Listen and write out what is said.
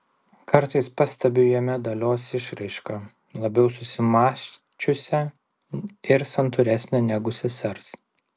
kartais pastebiu jame dalios išraišką labiau susimąsčiusią ir santūresnę negu sesers